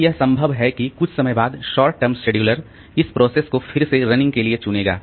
अब यह संभव है कि कुछ समय बाद शॉर्ट टर्म शेड्यूलर इस प्रोसेस को फिर से रनिंग के लिए चुनेगा